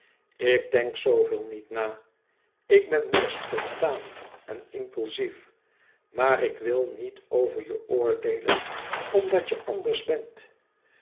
ik denk zooveel niet na ik ben meer spontaan en impulsief maar ik wil niet over je oordeelen omdat jij anders bent